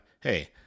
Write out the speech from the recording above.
Hey